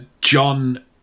John